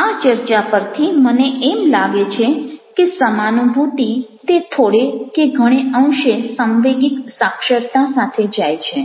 આ ચર્ચા પરથી મને એમ લાગે છે કે સમાનુભૂતિ તે થોડે કે ઘણે અંશે સાંવેગિક સાક્ષરતા સાથે જાય છે